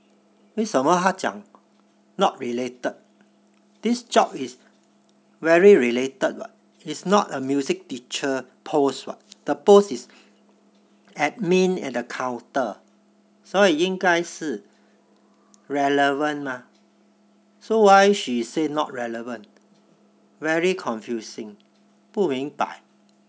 为什么他讲 not related this job is very related what is not a music teacher post what the post is admin at the counter 所以应该是 relevant mah so why she say not relevant very confusing 不明白